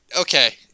okay